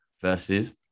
versus